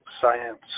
science